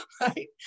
right